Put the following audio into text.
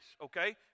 okay